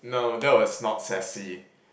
no that was not sassy